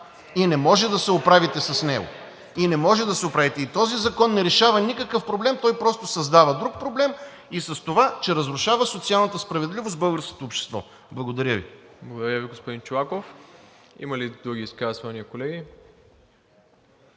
Не може да се оправите с него. (Шум и реплики.) И този закон не решава никакъв проблем, той просто създава друг проблем и с това, че разрушава социалната справедливост в българското общество. Благодаря Ви. ПРЕДСЕДАТЕЛ МИРОСЛАВ ИВАНОВ: Благодаря Ви, господин Чолаков. Има ли други изказвания, колеги?